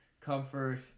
comfort